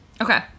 Okay